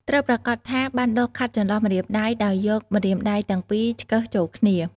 ត្រូវប្រាកដថាបានដុសខាត់ចន្លោះម្រាមដៃ ដោយយកម្រាមដៃទាំងពីរឆ្កឹះចូលគ្នា។